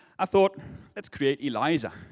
i thought let's create eliza.